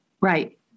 right